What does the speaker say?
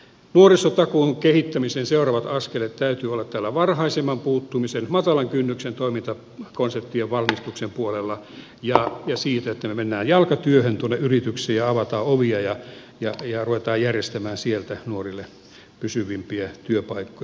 nuorisotakuun kehittämisen seuraavien askeleiden täytyy olla varhaisemman puuttumisen matalan kynnyksen toimintakonseptien valmistuksen puolella ja siinä että me menemme jalkatyöhön yrityksiin ja avaamme ovia ja rupeamme järjestämään sieltä nuorille pysyvämpiä työpaikkoja